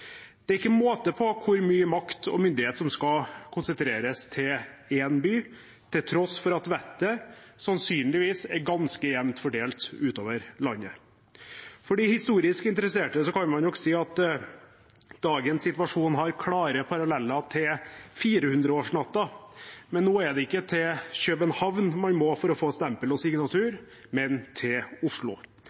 Det er ikke måte på hvor mye makt og myndighet som skal konsentreres til én by, til tross for at vettet sannsynligvis er ganske jevnt fordelt utover landet. For de historisk interesserte kan man si at dagens situasjon har klare paralleller til 400-årsnatten. Nå er det ikke til København man må for å få stempel og signatur, men til Oslo.